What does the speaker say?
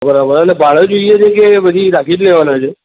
બરાબર અને ભાડે જોઈએ છે કે રાખી જ લેવાના છે